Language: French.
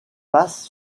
passe